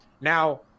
now